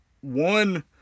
one